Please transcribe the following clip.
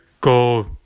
go